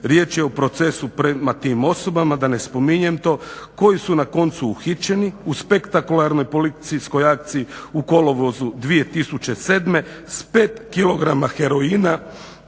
Riječ o procesu prema tim osobama da ne spominjem to koji su na koncu uhićeni u spektakularnoj policijskoj akciji u kolovozu 2007. s 5 kg heroina